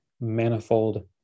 manifold